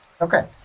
Okay